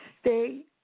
stay